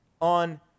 on